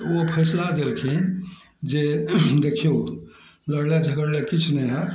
तऽ ओ फैसला देलखिन जे देखियौ लड़ला झगड़ला किछु नहि हैत